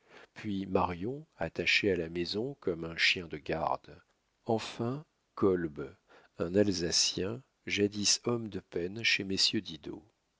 puis marion attachée à la maison comme un chien de garde enfin kolb un alsacien jadis homme de peine chez